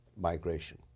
migration